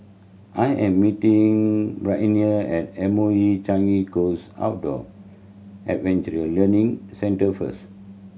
I am meeting Brianne at M O E Changi Coast Outdoor Adventure Learning Centre first